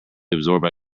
absorbed